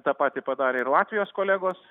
tą patį padarė ir latvijos kolegos